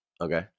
Okay